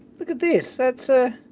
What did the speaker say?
look at this. that's a.